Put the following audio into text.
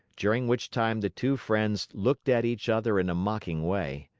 during which time the two friends looked at each other in a mocking way.